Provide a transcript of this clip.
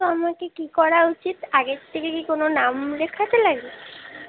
আমাকে কী করা উচিত আগের থেকে কি কোনো নাম লেখাতে লাগে